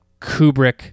Kubrick